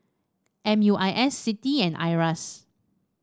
M U I S CITI and Iras